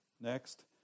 next